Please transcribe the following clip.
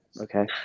Okay